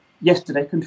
yesterday